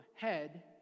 Head